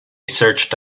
searched